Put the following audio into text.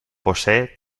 posee